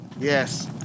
Yes